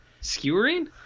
Skewering